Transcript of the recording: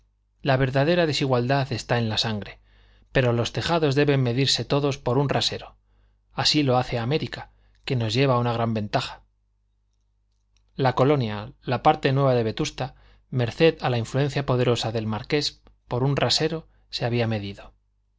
la verdadera desigualdad está en la sangre pero los tejados deben medirse todos por un rasero así lo hace américa que nos lleva una gran ventaja la colonia la parte nueva de vetusta merced a la influencia poderosa del marqués por un rasero se había medido